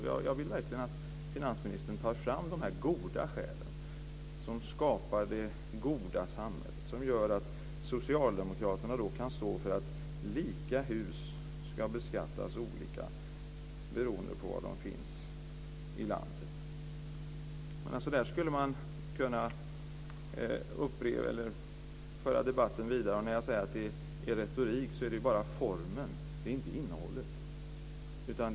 Jag vill verkligen att finansministern tar fram de här goda skälen, som skapar det goda samhället, som gör att socialdemokraterna kan stå för att lika hus ska beskattas olika beroende på var de finns i landet. Där skulle man kunna föra debatten vidare. När jag säger att det är retorik gäller det bara formen. Det är inte fråga om innehållet.